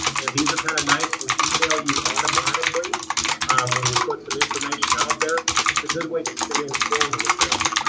and these are kind of nice. we email you automatically when we put some information out there. it's a good way to stay informed with things.